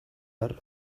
har